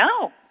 No